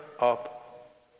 up